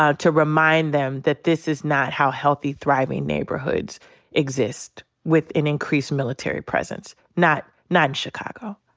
ah to remind them that this is not how healthy, thriving neighborhoods exist. with an increased military presence. not not in chicago.